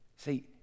See